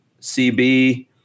cb